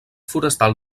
forestal